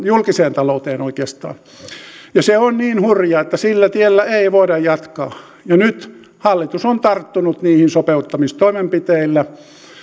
julkiseen talouteen ja se on niin hurja että sillä tiellä ei voida jatkaa jo nyt hallitus on tarttunut niihin sopeuttamistoimenpiteillä